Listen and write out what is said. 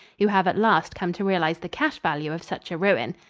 who have at last come to realize the cash value of such a ruin.